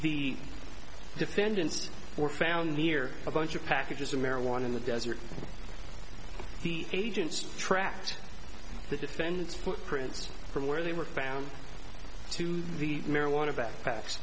the defendants were found near a bunch of packages of marijuana in the desert the agents tracked the defendant's footprints from where they were found to the marijuana backpacks